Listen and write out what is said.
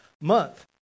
month